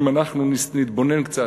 אם אנחנו נתבונן קצת,